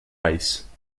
ice